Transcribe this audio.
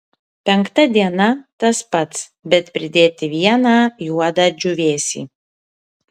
penkta diena tas pats bet pridėti vieną juodą džiūvėsį